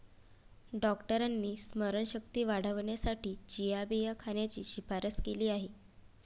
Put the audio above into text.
डॉक्टरांनी स्मरणशक्ती वाढवण्यासाठी चिया बिया खाण्याची शिफारस केली आहे